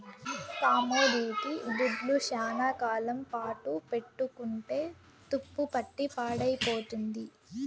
commodity దుడ్లు శ్యానా కాలం పాటు పెట్టుకుంటే తుప్పుపట్టి పాడైపోతుంది